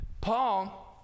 Paul